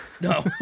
No